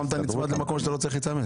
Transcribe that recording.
עוד פעם אתה נצמד למקום שאתה לא צריך להיצמד?